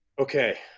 Okay